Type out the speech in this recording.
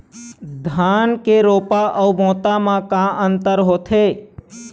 धन के रोपा अऊ बोता म का अंतर होथे?